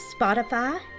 Spotify